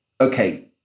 okay